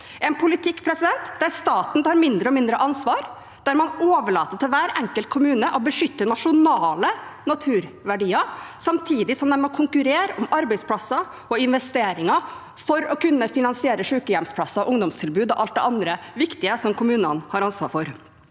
en politikk der staten tar mindre og mindre ansvar, der man overlater til hver enkelt kommune å beskytte nasjonale naturverdier, samtidig som de må konkurrere om arbeidsplasser og investeringer for å kunne finansiere sykehjemsplasser, ungdomstilbud og alt det andre viktige som kommunene har ansvar for.